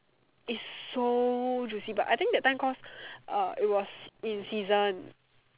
is so juicy but I think that time cause uh it was in season